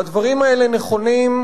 והדברים האלה נכונים,